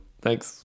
Thanks